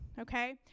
Okay